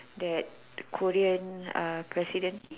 that Korean president